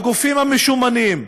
הגופים המשומנים,